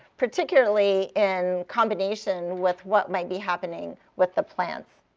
particularly in combination with what might be happening with the plants.